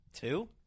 Two